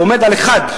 הוא עומד על 1,